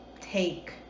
take